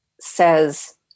says